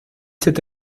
cet